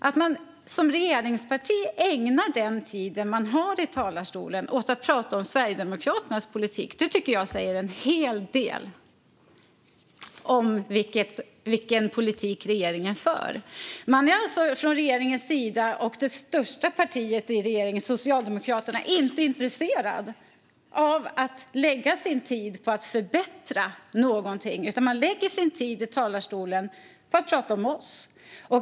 Att man som representant för ett regeringsparti ägnar den tid man har i talarstolen åt att tala om Sverigedemokraternas politik tycker jag säger en hel del om vilken politik regeringen för. Man är alltså från regeringens sida, och från det största partiet i regeringen, alltså Socialdemokraterna, inte intresserad av att lägga sin tid på att förbättra någonting. Man lägger sin tid i talarstolen på att prata om oss.